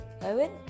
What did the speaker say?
Owen